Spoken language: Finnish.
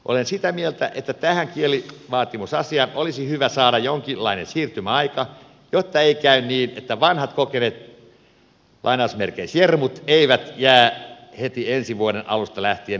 olen sitä mieltä että tähän kielivaatimusasiaan olisi hyvä saada jonkinlainen siirtymäaika jotta ei käy niin että vanhat kokeneet jermut jäävät heti ensi vuoden alusta lähtien nuorempien jalkoihin